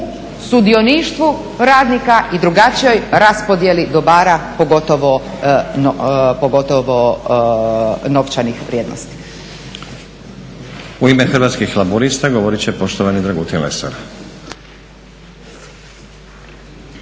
sudioništvu radnika i u drugačijoj raspodijeli dobara pogotovo novčanih vrijednosti.